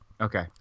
Okay